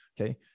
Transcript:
Okay